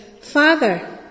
Father